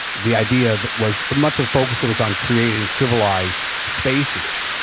the idea that was the much of focus was on creating civilized spaces.